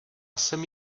jsem